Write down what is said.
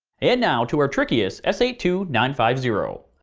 and now to our trickiest s eight two nine five zero.